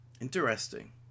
Interesting